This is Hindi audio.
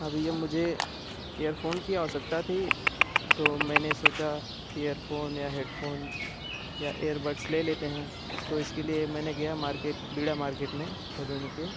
हाँ भैया मुझे एयरफोन की आवश्यकता थी तो मैंने सोचा कि एयरफोन या हेडफोन या एयरबड्स ले लेते हैं तो इसके लिए मैंने गया मार्केट बीड़ा मार्केट में भदोही के